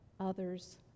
others